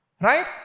Right